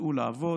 יצאו לעבוד.